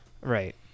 Right